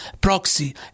proxy